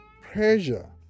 pressure